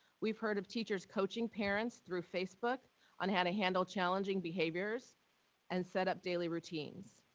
we've heard of teachers coaching parents through facebook on how to handle challenging behaviors and set up daily routines.